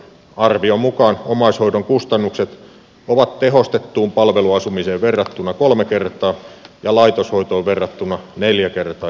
arvion mukaan omaishoidon kustannukset ovat tehostettuun palveluasumiseen verrattuna kolme kertaa ja laitoshoitoon verrattuna neljä kertaa edullisemmat